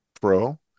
pro